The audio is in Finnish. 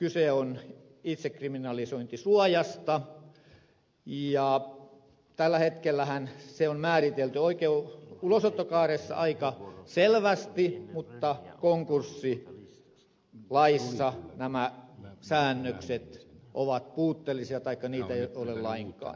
kyse on itsekriminalisointisuojasta ja tällä hetkellähän se on määritelty ulosottokaaressa aika selvästi mutta konkurssilaissa nämä säännökset ovat puutteellisia taikka niitä ei ole lainkaan